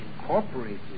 incorporated